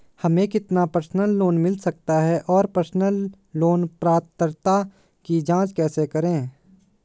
हमें कितना personal loan मिल सकता है और पर्सनल लोन पात्रता की जांच कैसे करें?